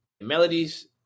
melodies